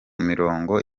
mirongo